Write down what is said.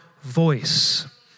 voice